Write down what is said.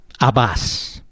Abbas